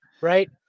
Right